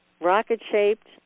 Rocket-shaped